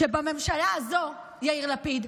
שבממשלה הזו, יאיר לפיד,